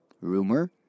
rumor